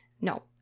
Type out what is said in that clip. No